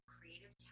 Creative